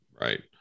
Right